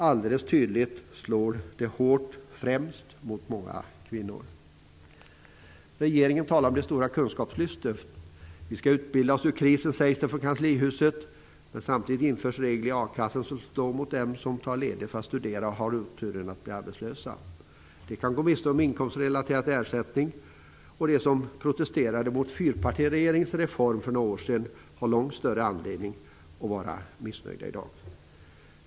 Alldeles tydligt är att det slår hårt främst mot många kvinnor. Regeringen talar om det stora kunskapslyftet. Vi skall utbilda oss ur krisen, sägs det från kanslihuset. Samtidigt införs regler i a-kassan som slår mot dem som tar ledigt för att studera och har oturen att bli arbetslösa. De kan gå miste om inkomstrelaterad ersättning. De som protesterade mot fyrpartiregeringens reform för några år sedan har långt större anledning att vara missnöjda i dag.